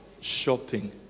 Shopping